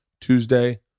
tuesday